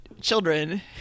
Children